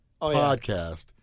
podcast